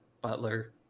Butler